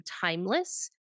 timeless